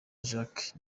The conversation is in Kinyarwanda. jacques